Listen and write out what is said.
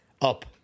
up